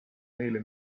neile